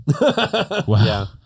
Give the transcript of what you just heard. Wow